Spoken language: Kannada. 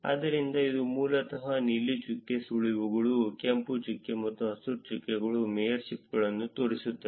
ಆದ್ದರಿಂದ ಇದು ಮೂಲತಃ ನೀಲಿ ಚುಕ್ಕೆ ಸುಳಿವುಗಳು ಕೆಂಪು ಚುಕ್ಕೆ ಮತ್ತು ಹಸಿರು ಚುಕ್ಕೆಗಳ ಮೇಯರ್ಶಿಪ್ಗಳನ್ನು ತೋರಿಸುತ್ತದೆ